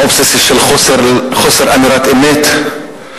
האובססיה של חוסר אמירת אמת,